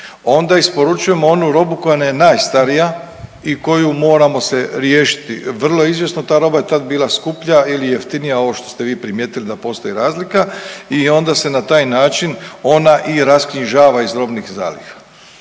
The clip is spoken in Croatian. onda isporučujemo onu robu koja nam je najstarija i koju moramo se riješiti. Vrlo izvjesno ta roba je tad bila skuplja ili jeftinija ovo što ste vi primijetili da postoji razlika i onda se na taj način ona i rasknjižava iz robnih zaliha.